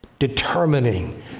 determining